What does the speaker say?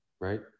right